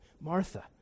Martha